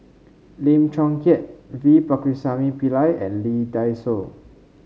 Lim Chong Keat V Pakirisamy Pillai and Lee Dai Soh